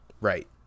right